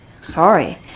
Sorry